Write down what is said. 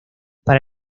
para